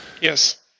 Yes